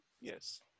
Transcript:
Yes